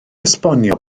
esbonio